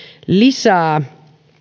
lisää